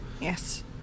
Yes